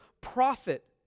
profit